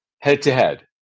head-to-head